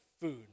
food